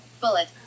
bullet